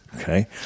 okay